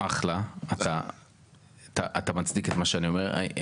אתה מצטט נאומים של מאיר כהן,